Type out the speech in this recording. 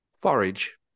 forage